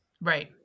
Right